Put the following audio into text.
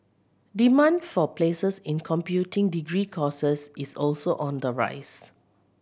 demand for places in computing degree courses is also on the rise